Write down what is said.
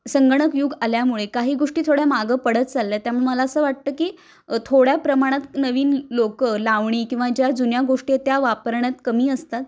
संगणक युग आल्यामुळे काही गोष्टी थोड्या मागं पडत चालल्या त्यामुळे मला असं वाटतं की थोड्या प्रमाणात नवीन लोकं लावणी किंवा ज्या जुन्या गोष्टी आहेत त्या वापरण्यात कमी असतात